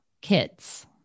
kids